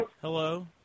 Hello